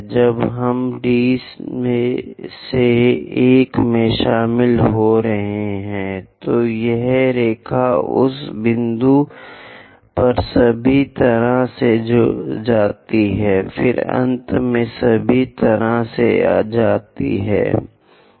जब हम D से 1 में शामिल हो रहे होते हैं तो यह रेखा उस बिंदु पर सभी तरह से जाती है फिर अंत में सभी तरह से जाती है